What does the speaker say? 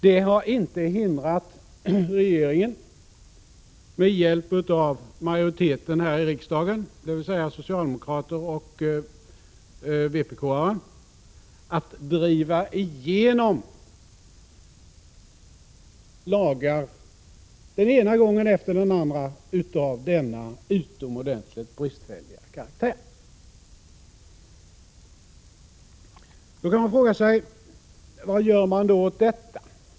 Detta har inte hindrat regeringen från att med hjälp av majoriteten här i riksdagen, dvs. socialdemokrater och vpk-are, den ena gången efter den andra driva igenom lagar av denna utomordentligt bristfälliga karaktär. Då kan man fråga sig: Vad kan man göra åt detta?